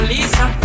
Lisa